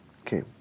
Okay